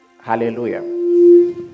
Hallelujah